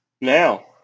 Now